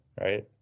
right